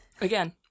Again